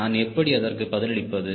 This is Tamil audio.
நான் எப்படி அதற்கு பதிலளிப்பது